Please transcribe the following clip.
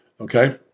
Okay